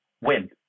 win